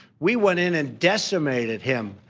we went in and decimated him.